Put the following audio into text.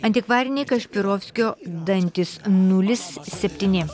antikvariniai kašpirovskio dantys nulis septyni